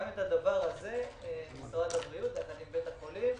גם את הדבר הזה משרד הבריאות, ביחד עם בית החולים,